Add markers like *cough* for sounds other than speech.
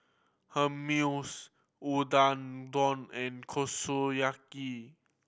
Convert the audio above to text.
Hummus *unintelligible* and Kushiyaki